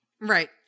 Right